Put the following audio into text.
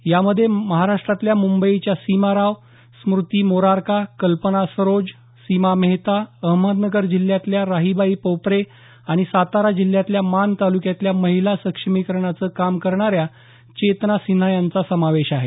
यामध्ये महाराष्ट्रातल्या मुंबईच्या सीमा राव स्मृती मोरारका कल्पना सरोज सीमा मेहता अहमदनगर जिल्ह्यातल्या राहीबाई पोपरे आणि सातारा जिल्ह्यातल्या माण तालुक्यातल्या महिला सक्षमीकरणाचं काम करणाऱ्या चेतना सिन्हा यांचा समावेश आहे